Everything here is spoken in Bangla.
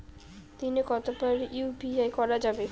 দিনে কতবার ইউ.পি.আই করা যাবে?